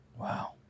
Wow